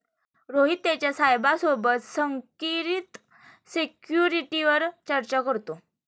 रोहित त्याच्या साहेबा सोबत संकरित सिक्युरिटीवर चर्चा करतो